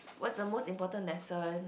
what's the most important lesson